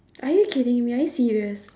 are you kidding me are you serious